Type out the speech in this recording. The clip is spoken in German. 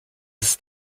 ist